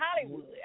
Hollywood